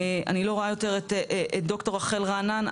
אני לא רואה יותר את ד"ר רחל רענן,